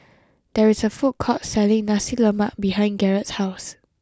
there is a food court selling Nasi Lemak behind Garret's house